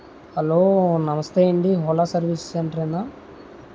hello నమస్తే అండి Ola service సెంటర్ఏనా